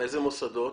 מאיזה מוסדות?